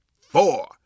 four